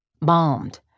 bombed